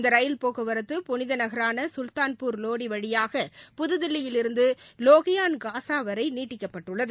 இந்த ரயில் போக்குவரத்து புனித நகரான கல்தான்பூர் வோடி வழியாக புதுதில்லியிலிருந்து லோகியான் காஸா வரை நீட்டிக்கப்பட்டுள்ளது